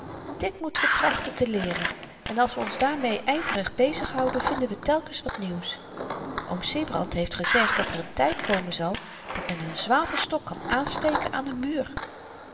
dit moeten we trachten te leeren en als we ons daarmee yverig bezig houden vinden we telkens wat nieuws oom sybrand heeft gezegd dat er n tyd komen zal dat men n zwavelstok kan aansteken aan den muur